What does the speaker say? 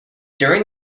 during